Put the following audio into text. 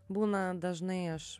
būna dažnai aš